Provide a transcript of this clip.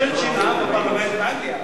צ'רצ'יל נאם בפרלמנט באנגליה,